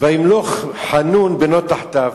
וימלוך חנון בנו תחתיו,